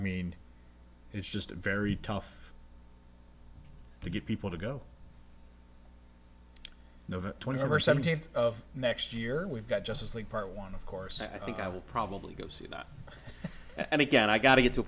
mean it's just very tough to get people to go twenty five or seventeenth of next year and we've got justice league part one of course i think i will probably go see that and again i gotta get to a